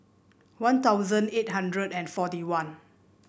One Thousand eight hundred and forty one